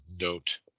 note